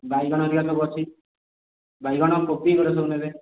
ବାଇଗଣ ହରିକା ସବୁ ଅଛି ବାଇଗଣ କୋବି ଏଗୁଡ଼ା ସବୁ ନେବେ